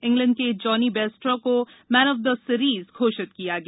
England के Johnny Bairstow को man of the series घोषित किया गया